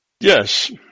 Yes